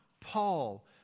Paul